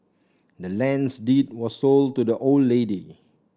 the land's deed was sold to the old lady